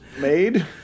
made